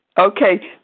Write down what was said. Okay